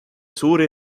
suuri